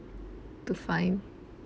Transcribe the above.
to find